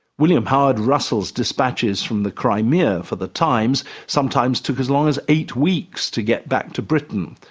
william howard russell's dispatches from the crimea for the times sometimes took as long as eight weeks to get back to britain.